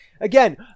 again